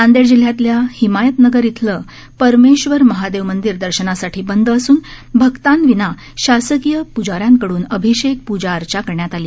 नांदेड जिल्ह्यातल्या हिमायतनगर इथलं परमेश्वर महादेव मंदिर दर्शनासाठी बंद असून भक्ताविना शासकीय प्जाऱ्यांकडून अभिषेक पूजा अर्चा करण्यात आली